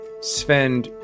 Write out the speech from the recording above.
Sven